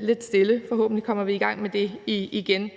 lidt stille, men vi kommer forhåbentlig i gang med det igen.